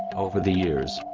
over the years,